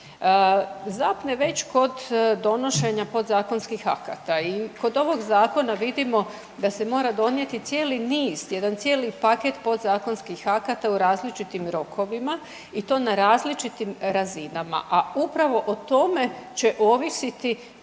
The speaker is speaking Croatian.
Zapne već kod donošenja podzakonskih akata i kod ovog zakona vidimo da se mora donijeti cijeli niz, jedan cijeli paket podzakonskih akata u različitim rokovima i to na različitim razinama, a upravo o tome će ovisiti